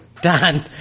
Dan